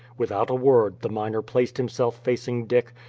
without a word the miner placed himself facing dick,